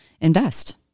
invest